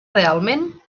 realment